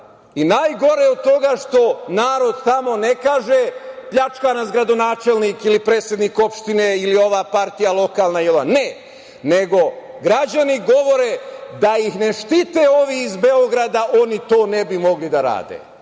od toga što narod tamo ne kaže, pljačka nas gradonačelnik ili predsednik opštine ili ova partija, lokalna ili ova. Ne, nego, građani govore da ih ne štite ovi iz Beograda oni to ne bi mogli da rade.